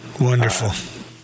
Wonderful